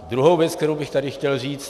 Druhá věc, kterou bych tady chtěl říci.